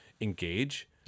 engage